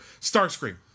starscream